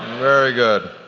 very good.